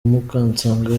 mukansanga